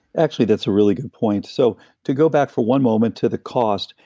actually, that's a really good point. so to go back for one moment to the cost.